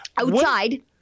Outside